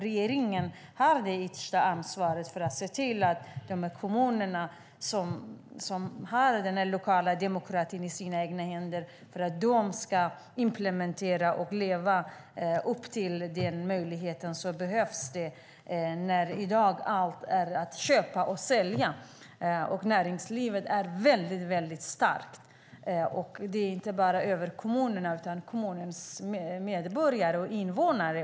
Regeringen har det yttersta ansvaret när det gäller de här kommunerna, som har den lokala demokratin i sina egna händer. De ska implementera och leva upp till den här möjligheten. I dag handlar allt om att köpa och sälja, och näringslivet är väldigt starkt. Det gäller inte bara kommunerna, utan också kommunens medborgare och invånare.